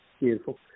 Beautiful